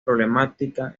problemática